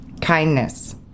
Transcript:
kindness